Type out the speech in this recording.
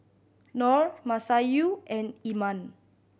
Nor Masayu and Iman